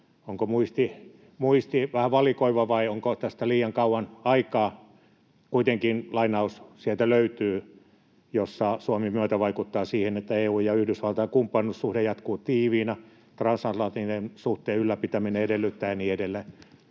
onko muisti vähän valikoiva vai onko tästä liian kauan aikaa, kuitenkin sieltä löytyy lainaus, että ”Suomi myötävaikuttaa siihen, että EU:n ja Yhdysvaltain kumppanuussuhde jatkuu tiiviinä. Transatlanttisen suhteen ylläpitäminen edellyttää” ja niin edelleen.